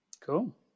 cool